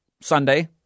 Sunday